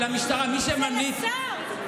זה לא למשטרה, משה, זה לשר.